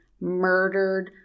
murdered